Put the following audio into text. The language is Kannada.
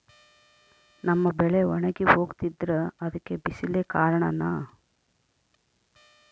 ನಮ್ಮ ಬೆಳೆ ಒಣಗಿ ಹೋಗ್ತಿದ್ರ ಅದ್ಕೆ ಬಿಸಿಲೆ ಕಾರಣನ?